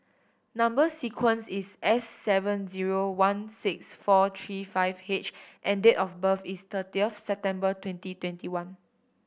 number sequence is S seven zero one six four three five H and date of birth is thirtieth September twenty twenty one